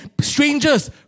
strangers